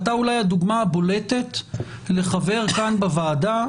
אתה אולי הדוגמה הבולטת לחבר בוועדה,